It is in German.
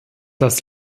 das